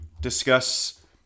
discuss